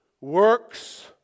works